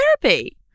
therapy